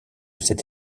cette